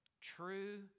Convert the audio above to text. True